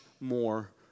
more